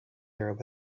arab